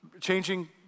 changing